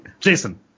jason